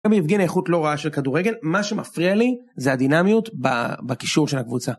גם באבגן איכות לא רעה של כדורגל, מה שמפריע לי זה הדינמיות בקישור של הקבוצה.